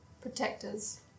protectors